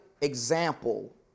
example